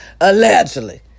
Allegedly